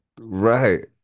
right